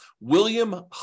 William